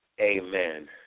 Amen